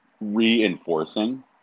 reinforcing